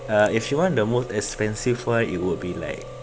uh if you want the most expensive one it will be like